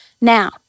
Now